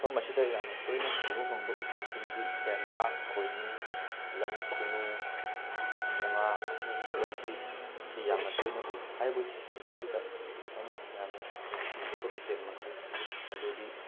ꯃꯐꯝ ꯑꯁꯤꯗ ꯌꯥꯝꯅ ꯇꯣꯏꯅ ꯎꯕ ꯐꯪꯕ ꯎꯆꯦꯛꯁꯤꯡꯗꯤ ꯁꯦꯟꯗ꯭ꯔꯥꯡ ꯈꯣꯏꯅꯤꯡ ꯂꯝ ꯈꯨꯅꯨ ꯆꯣꯡꯉꯥ ꯑꯁꯤꯅ ꯆꯤꯡꯕ ꯑꯁꯤ ꯑꯁꯤ ꯌꯥꯝꯅ ꯇꯣꯏꯅ ꯎꯏ ꯍꯥꯏꯔꯤꯕ ꯎꯆꯦꯛꯁꯤꯡ ꯑꯁꯤꯗ ꯑꯩꯅ ꯌꯥꯝꯅ ꯅꯨꯡꯁꯤꯖꯕ ꯎꯆꯦꯛ ꯃꯈꯜ ꯑꯗꯨꯗꯤ